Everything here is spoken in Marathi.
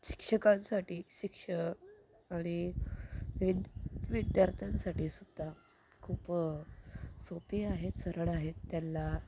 शिक्षकांसाठी शिक्षक आणि वि विद्यार्थ्यांसाठी सुद्धा खूप सोपी आहेत सरळ आहेत त्यांना